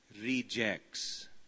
rejects